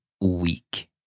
week